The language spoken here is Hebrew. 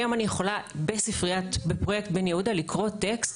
היום אני יכולה בפרוייקט בן יהודה לקרוא טקסט,